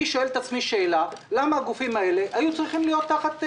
אני שואל את עצמי שאלה: למה הגופים האלה היו צריכים להיות תחת רישוי?